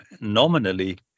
nominally